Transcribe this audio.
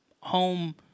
home